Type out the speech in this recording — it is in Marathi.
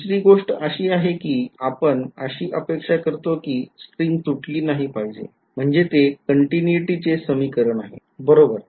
दुसरी गोष्ट अशी आहे कि आपण अशी अपेक्षा करतो कि स्ट्रिंग तुटली नाही पाहिजे म्हणजे ते continuity चे समीकरण आहे बरोबर